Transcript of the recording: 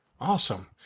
Awesome